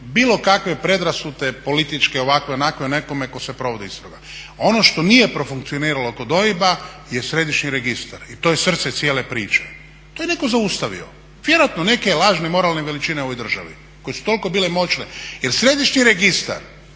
bilo kakve predrasude političke ovakve, onakve o nekome o kome se provodi istraga. Ono što nije pro funkcioniralo kod OIB-a je središnji registar i to je srce cijele priče. To je netko zaustavio, vjerojatno neke lažne moralne veličine u ovoj državi koje su toliko bile moćne jer središnji registar